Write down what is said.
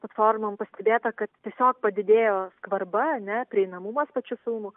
platformom pastebėta kad tiesiog padidėjo skvarba ar ne prieinamumas pačių filmų